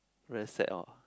very sad orh